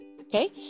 Okay